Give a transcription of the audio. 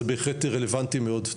זה בהחלט רלוונטי מאוד,